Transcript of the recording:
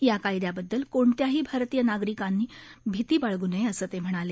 या कायद्याबद्दल कोणत्याही भारतीय नागरिकांनी भिती बाळगू नये असंही ते म्हणाले